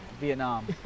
Vietnam